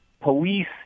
police